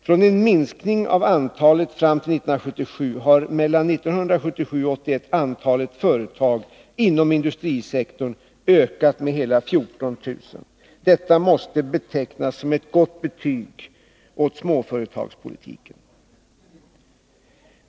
Från att ha minskat fram till 1977 har antalet företag inom industrisektorn mellan åren 1977 och 1981 ökat med hela 14 000. Detta måste betecknas som ett gott betyg åt småföretagspolitiken.